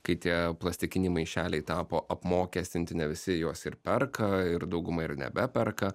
kai tie plastikiniai maišeliai tapo apmokestinti ne visi juos ir perka ir dauguma ir nebeperka